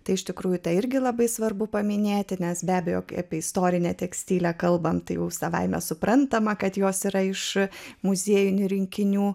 tai iš tikrųjų tai irgi labai svarbu paminėti nes be abejo apie istorinę tekstilę kalbant tai jau savaime suprantama kad jos yra iš muziejinių rinkinių